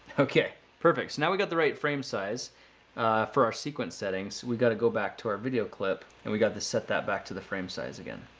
okay, perfect! so, now we got the right frame size for our sequence settings. we got to go back to our video clip and we got to set that back to the frame size again,